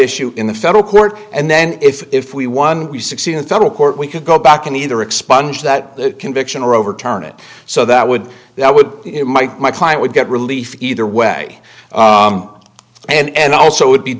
issue in the federal court and then if if we won we succeed in federal court we could go back and either expunge that conviction or overturn it so that would that would might my client would get relief either way and also would be